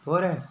പോരേ